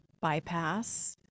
bypass